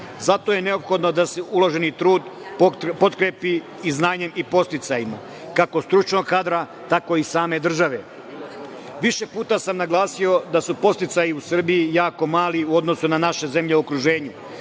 Zato je neophodno da se uloženi trud potkrepi i znanjem i podsticajima kako stručnog kadra, tako i same države. Više puta sam naglasio da su podsticaji u Srbiji jako mali u odnosu na zemlje u okruženju,